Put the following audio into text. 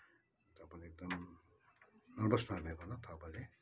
तपाईँलाई एकदम नर्बस पारिदिएको ल तपाईँले